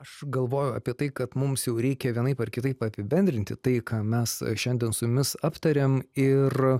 aš galvoju apie tai kad mums jau reikia vienaip ar kitaip apibendrinti tai ką mes šiandien su jumis aptarėm ir